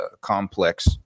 complex